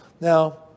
Now